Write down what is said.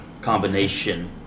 Combination